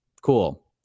Cool